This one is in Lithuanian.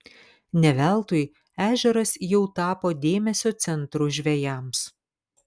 ne veltui ežeras jau tapo dėmesio centru žvejams